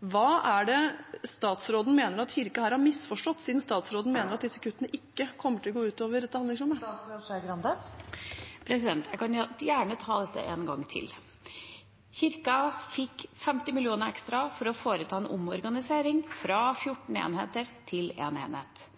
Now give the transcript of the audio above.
Hva er det statsråden mener Kirken her har misforstått siden hun mener at disse kuttene ikke kommer til å gå ut over dette handlingsrommet? Jeg kan gjerne ta dette én gang til. Kirken fikk 50 mill. kr ekstra for å foreta en omorganisering fra 14 enheter til 1 enhet;